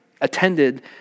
attended